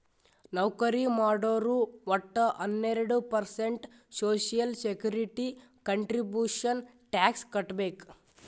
ನೌಕರಿ ಮಾಡೋರು ವಟ್ಟ ಹನ್ನೆರಡು percent social security contribution tax ಕಟ್ಬೇಕ್